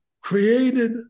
created